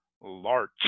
Larch